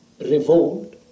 revolt